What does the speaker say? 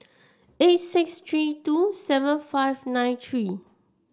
eight six three two seven five nine three